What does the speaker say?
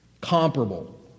comparable